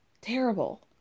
Terrible